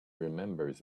remembers